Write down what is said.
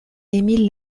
émile